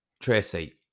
Tracy